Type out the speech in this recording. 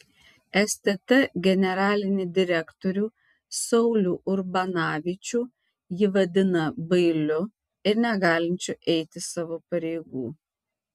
stt generalinį direktorių saulių urbanavičių ji vadina bailiu ir negalinčiu eiti savo pareigų